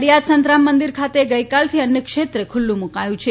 નડિયાદ સંતરામ મંદિર ખાતે ગઈકાલથી અન્નક્ષેત્ર ખૂલ્લુ મૂકાયું છે